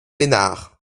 ménard